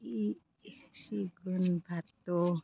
सिगुन बाथ'